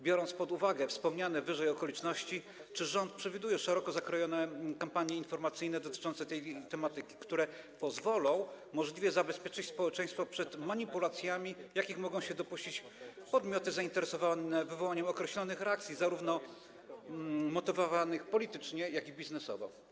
Biorąc pod uwagę wspomniane wyżej okoliczności, czy rząd przewiduje szeroko zakrojone kampanie informacyjne dotyczące tej tematyki, które pozwolą możliwie zabezpieczyć społeczeństwo przed manipulacjami, jakich mogą się dopuścić podmioty zainteresowane wywołaniem określonych reakcji, zarówno motywowanych politycznie, jak i biznesowo?